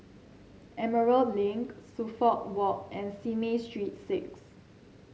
Emerald Link Suffolk Walk and Simei Street Six